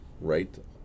right